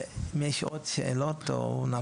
למישהו יש עוד שאלות או שנעבור הלאה?